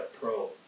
pro